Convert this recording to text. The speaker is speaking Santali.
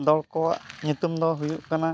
ᱫᱚᱲ ᱠᱚᱣᱟᱜ ᱧᱩᱛᱩᱢ ᱫᱚ ᱦᱩᱭᱩᱜ ᱠᱟᱱᱟ